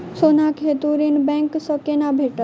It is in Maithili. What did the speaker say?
सोनाक हेतु ऋण बैंक सँ केना भेटत?